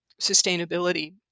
sustainability